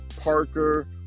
parker